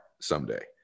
someday